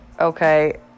okay